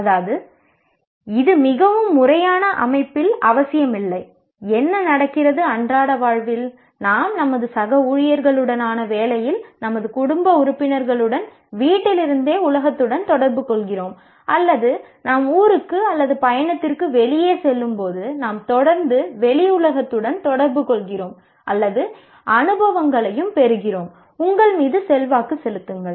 அதாவது இது மிகவும் முறையான அமைப்பில் அவசியமில்லை என்ன நடக்கிறது அன்றாட வாழ்க்கையில் நாம் நமது சக ஊழியர்களுடனான வேலையில் நமது குடும்ப உறுப்பினர்களுடன் வீட்டிலிருந்தே உலகத்துடன் தொடர்புகொள்கிறோம் அல்லது நாம் ஊருக்கு அல்லது பயணத்திற்கு வெளியே செல்லும்போது நாம் தொடர்ந்து வெளி உலகத்துடன் தொடர்பு கொள்கிறோம் அல்லது அனுபவங்களையும் பெறுகிறோம் அது உங்கள் மீது செல்வாக்கு செலுத்துகிறது